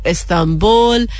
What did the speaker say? Istanbul